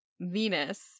Venus